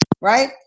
Right